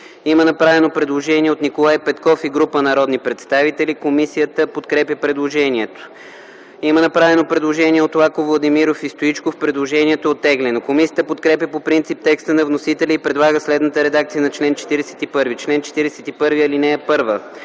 56 има предложение на Николай Петков и група народни представители. Комисията подкрепя предложението. Предложение на Лаков, Владимиров и Стоичков. Предложението е оттеглено. Комисията подкрепя по принцип текста на вносителя и предлага следната редакция на чл. 56: „Чл. 56. (1) Лицето по чл.